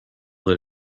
that